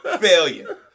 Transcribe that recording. Failure